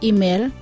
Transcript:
Email